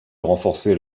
renforcer